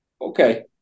okay